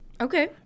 Okay